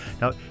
now